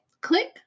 click